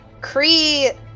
Kree